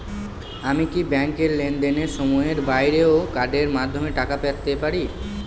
আমি কি ব্যাংকের লেনদেনের সময়ের বাইরেও কার্ডের মাধ্যমে টাকা পেতে পারি?